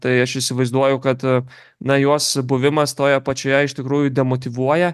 tai aš įsivaizduoju kad na juos buvimas toj apačioje iš tikrųjų demotyvuoja